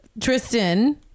Tristan